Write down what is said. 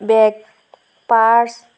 bag purse